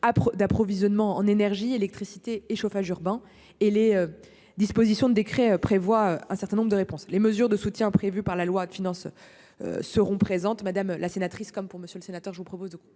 d'approvisionnement en énergie, électricité et chauffage urbain et les. Dispositions du décret prévoit un certain nombre de réponses, les mesures de soutien prévu par la loi de finances. Seront présentes, madame la sénatrice, comme pour monsieur le sénateur, je vous propose vous